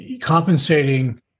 compensating